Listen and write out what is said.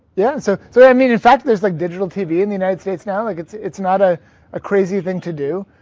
yeah so so i mean in fact there's like digital tv in the united states now. like it's it's not ah a crazy thing to do,